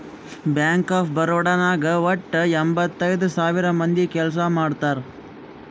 bank of Baroda ನಾಗ್ ವಟ್ಟ ಎಂಭತ್ತೈದ್ ಸಾವಿರ ಮಂದಿ ಕೆಲ್ಸಾ ಮಾಡ್ತಾರ್